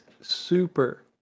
super